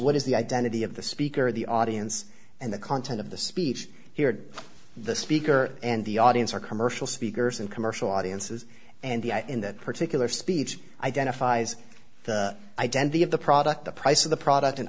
what is the identity of the speaker of the audience and the content of the speech here the speaker and the audience are commercial speakers and commercial audiences and the eye in that particular speech identifies the identity of the product the price of the product and